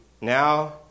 now